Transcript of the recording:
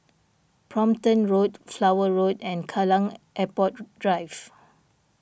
Brompton Road Flower Road and Kallang Airport Drive